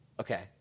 Okay